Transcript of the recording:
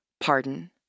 pardon